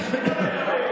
לא נתנו לנו,